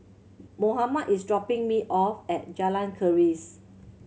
Mohamed is dropping me off at Jalan Keris